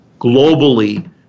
globally